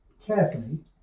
carefully